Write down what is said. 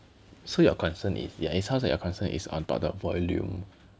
so your concern is yeah it sounds like your concern is on top of the volume